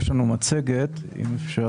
יש לנו מצגת, ואם אפשר